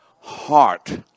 heart